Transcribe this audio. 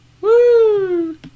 Woo